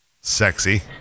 Sexy